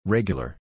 Regular